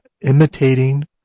imitating